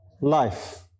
life